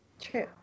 True